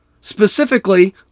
specifically